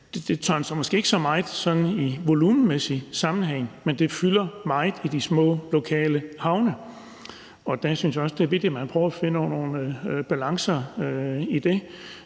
fiskeriet måske ikke så meget i volumenmæssig sammenhæng, men det fylder meget i de små lokale havne, og der synes jeg, det er vigtigt, at man prøver at finde nogle balancer i det.